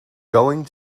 going